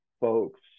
folks